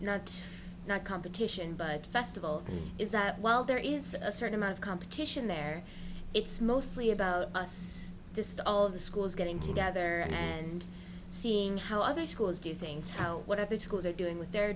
not not competition but festival is that while there is a certain amount of competition there it's mostly about us just all of the schools getting together and seeing how other schools do things how what have the schools are doing with their